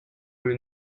will